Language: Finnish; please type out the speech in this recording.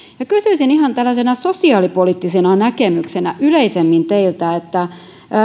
kysyisin ihan tällaisena sosiaalipoliittisena näkemyksenä yleisemmin teiltä